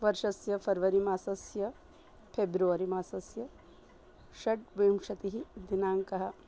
वर्षस्य फ़र्वरिमासस्य फेब्रवरिमासस्य षड्विंशतिः दिनाङ्कः